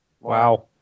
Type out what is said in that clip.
Wow